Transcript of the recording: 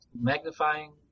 magnifying